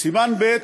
סימן ב'